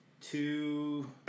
two